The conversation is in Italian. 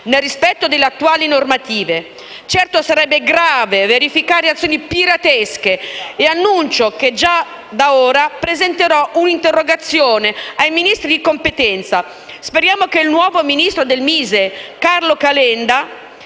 nel rispetto delle attuali normative. Certo sarebbe grave verificare azioni piratesche e annuncio già da ora che presenterò un'interrogazione ai Ministri di competenza. Speriamo che il nuovo titolare del Ministero dello